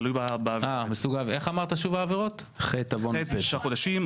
תלוי בסוג העבירה אם זה חטא זה ששה חודשים,